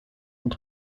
und